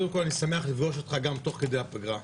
אני שמח לפגוש אותך גם תוך כדי הפגרה,